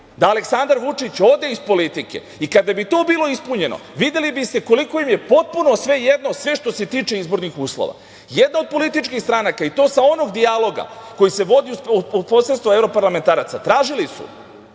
da Aleksandar Vučić ode iz politike. Kada bi to bilo ispunjeno, videli biste koliko im je potpuno svejedno sve što se tiče izbornih uslova. Jedna od političkih stranaka, i to sa onog dijaloga koji se vodi uz posredstvo evroparlamentaraca, tražila je,